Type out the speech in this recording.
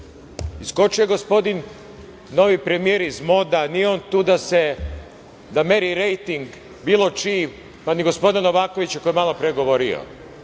Iskočio je gospodin, novi premijer iz moda, nije on tu da meri rejting, bilo čiji, pa ni gospodinu Novakoviću koji je malopre govorio.